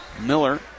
Miller